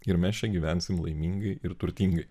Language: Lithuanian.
ir mes čia gyvensim laimingai ir turtingai